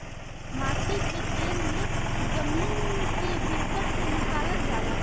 माटी के तेल जमीन के भीतर से निकलल जाला